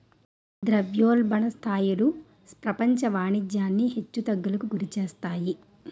ద్రవ్యోల్బణ స్థాయిలు ప్రపంచ వాణిజ్యాన్ని హెచ్చు తగ్గులకు గురిచేస్తాయి